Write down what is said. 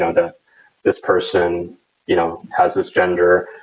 ah and this person you know has this gender,